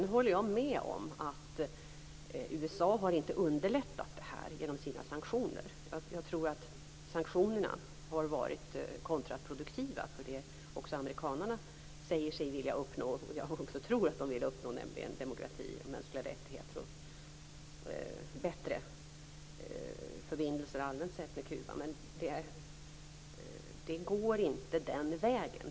Jag håller med om att USA inte underlättat detta genom sina sanktioner. Jag tror att sanktionerna har varit kontraproduktiva. Också amerikanerna säger sig vilja uppnå - och jag tror det - demokrati, mänskliga rättigheter och bättre förbindelser allmänt sett med Kuba. Men det går inte den vägen.